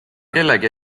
kellegi